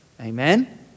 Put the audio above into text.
Amen